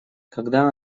когда